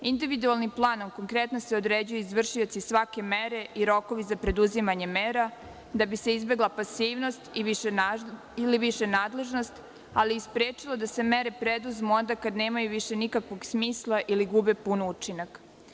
Individualnim planom konkretno se određuju izvršioci svake mere i rokovi za preduzimanje mera da bi se izbegla pasivnost ili višenadležnost, a i sprečilo da se mere preduzmu onda kada više nemaju nikakvog smisla ili gube pun učinak.